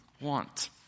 want